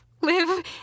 live